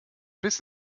biss